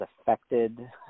affected